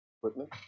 equipment